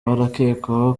barakekwaho